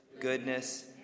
goodness